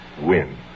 win